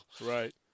Right